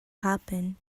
happen